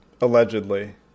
allegedly